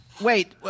Wait